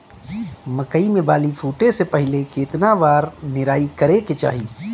मकई मे बाली फूटे से पहिले केतना बार निराई करे के चाही?